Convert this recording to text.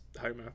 Homer